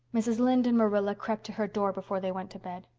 mrs. lynde and marilla crept to her door before they went to bed,